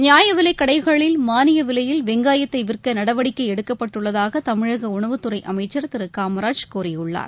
நியாயவிலைக்கடைகளில் மானியவிலையில் வெங்காயத்தைவிற்கநடவடிக்கைஎடுக்கப்பட்டுள்ளதாகதமிழகஉணவுத் துறைஅமைச்சர் திருகாமராஜ் கூறியுள்ளார்